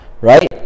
Right